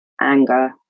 anger